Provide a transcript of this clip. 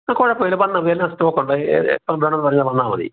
ആ കുഴപ്പമില്ല വന്നോളൂ എല്ലാം സ്റ്റോക്കുണ്ട് എപ്പോൾ വേണമെങ്കിലും വന്നാ മതി